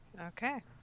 Okay